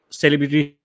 celebrity